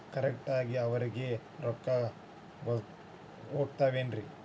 Correct ಆಗಿ ಅವರಿಗೆ ರೊಕ್ಕ ಹೋಗ್ತಾವೇನ್ರಿ?